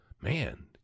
man